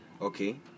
Okay